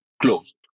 closed